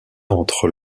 entre